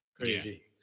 Crazy